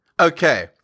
Okay